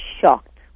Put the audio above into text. shocked